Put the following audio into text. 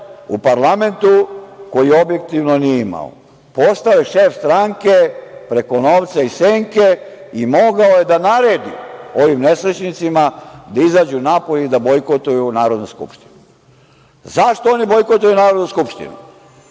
u parlamentu koji objektivno nije imao. Postao je šef stranke preko novca iz senke i mogao je da naredi ovim nesrećnicima da izađu napolje i da bojkotuju Narodnu skupštinu. Zašto oni bojkotuju Narodnu skupštinu?